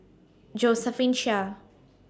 Josephine Chia